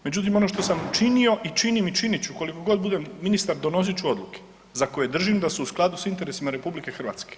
Međutim ono što sam činio i činim i činit ću koliko god budem ministar donosit ću odluke za koje držim da su u skladu s interesima RH.